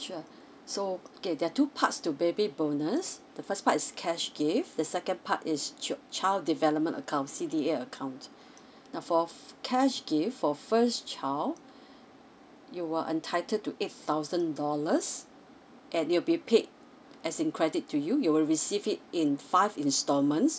sure so okay there are two parts to baby bonus the first part is cash gift the second part is ch~ child development account C_D_A account now for cash gift for first child you will entitled to eight thousand dollars and it will be paid as in credit to you you will receive it in five instalments